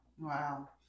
wow